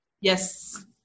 Yes